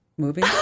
movie